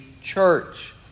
church